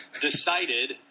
decided